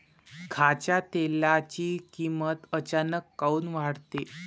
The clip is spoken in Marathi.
खाच्या तेलाची किमत अचानक काऊन वाढते?